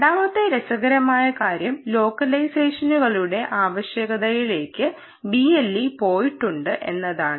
രണ്ടാമത്തെ രസകരമായ കാര്യം ലോക്കലൈസേഷനുകളുടെ ആവശ്യകതകളിലേക്ക് BLE പോയിട്ടുണ്ട് എന്നതാണ്